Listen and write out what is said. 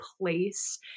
place